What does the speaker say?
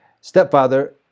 stepfather